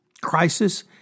crisis